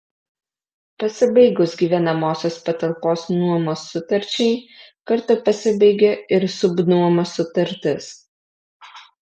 pasibaigus gyvenamosios patalpos nuomos sutarčiai kartu pasibaigia ir subnuomos sutartis